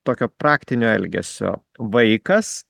tokio praktinio elgesio vaikas